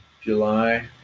July